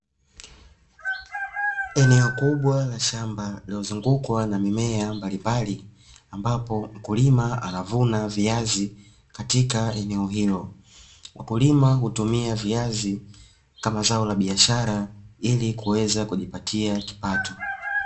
Eneo kubwa la shamba lililozungukwa na mimea mbalimbali, ambapo mkulima anavuna viazi katika eneo hilo, mkulima hutumia viazi kama zao la biashara ili kuweza kujipatia kipato.